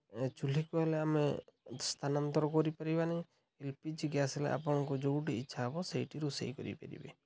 ଚୁଲିକି ହେଲେ ଆମେ ସ୍ଥାନାନ୍ତର କରିପାରିବାନି ଏଲ୍ ପି ଜି ଗ୍ୟାସ୍ ହେଲେ ଆପଣଙ୍କୁ ଯେଉଁଠି ଇଚ୍ଛା ହେବ ସେଇଠି ରୋଷେଇ କରିପାରିବେ